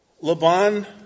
Laban